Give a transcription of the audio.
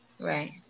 Right